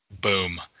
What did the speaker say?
boom